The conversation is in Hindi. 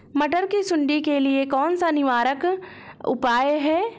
मटर की सुंडी के लिए कौन सा निवारक उपाय है?